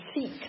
seek